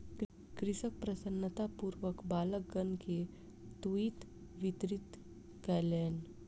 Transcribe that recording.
कृषक प्रसन्नतापूर्वक बालकगण के तूईत वितरित कयलैन